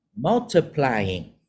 multiplying